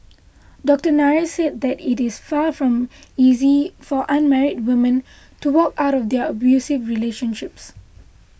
Doctor Nair said that it is far from easy for unmarried women to walk out of their abusive relationships